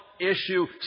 issue